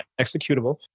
executable